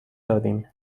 داریم